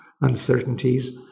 uncertainties